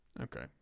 Okay